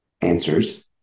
answers